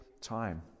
time